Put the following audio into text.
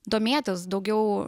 domėtis daugiau